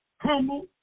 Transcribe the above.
humble